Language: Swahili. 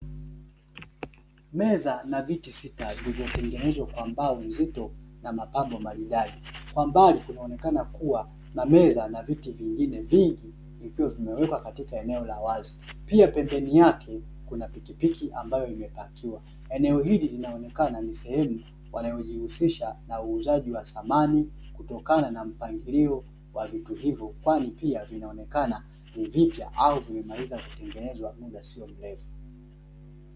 Meza na viti sita, vimetengenezwa kwa mbao nzito na mapambo maridadi, kwa mbali kunaonekana kuwa na meza na viti vingine vingi, vikiwa vimewekwa katika eneo la wazi. Pia pembeni yake kuna pikipiki ambayo imepakiwa. Eneo hili inaonekana ni sehemu wanayojihusisha na uuzaji wa samani, kutokana na mpangilio wa vitu hivyo, kwani pia vinaonekana kuwa ni vipya au vimetoka kutengenezwa muda si mrefu.